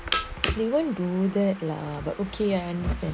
they won't do that lah but okay I understand